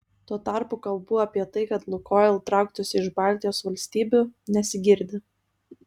tuo tarpu kalbų apie tai kad lukoil trauktųsi iš baltijos valstybių nesigirdi